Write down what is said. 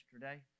yesterday